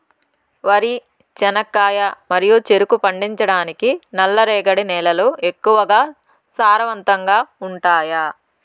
వరి, చెనక్కాయలు మరియు చెరుకు పండించటానికి నల్లరేగడి నేలలు ఎక్కువగా సారవంతంగా ఉంటాయా?